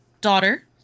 daughter